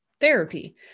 therapy